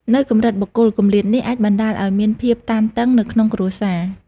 នៅកម្រិតបុគ្គល គម្លាតនេះអាចបណ្តាលឱ្យមានភាពតានតឹងនៅក្នុងគ្រួសារ។